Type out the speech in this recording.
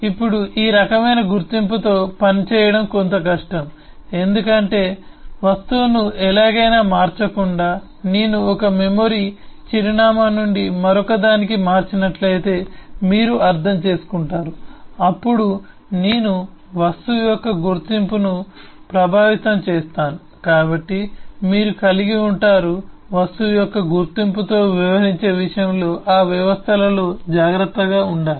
ఇప్పుడు ఈ రకమైన గుర్తింపుతో పనిచేయడం కొంత కష్టం ఎందుకంటే వస్తువును ఎలాగైనా మార్చకుండా నేను ఒక మెమరీ చిరునామా నుండి మరొకదానికి మార్చినట్లయితే మీరు అర్థం చేసుకుంటారు అప్పుడు నేను వస్తువు యొక్క గుర్తింపును ప్రభావితం చేస్తాను కాబట్టి మీరు కలిగి ఉంటారు వస్తువు యొక్క గుర్తింపుతో వ్యవహరించే విషయంలో ఆ వ్యవస్థలలో జాగ్రత్తగా ఉండాలి